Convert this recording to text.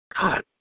God